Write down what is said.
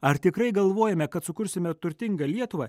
ar tikrai galvojome kad sukursime turtingą lietuvą